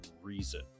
reason